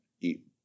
eat